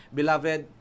Beloved